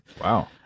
Wow